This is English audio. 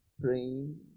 praying